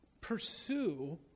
pursue